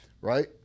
Right